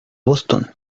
boston